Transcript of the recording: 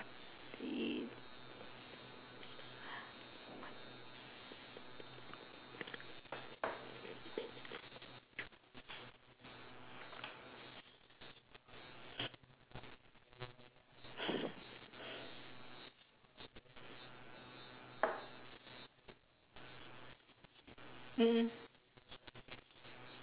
mm mm